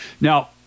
Now